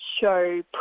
show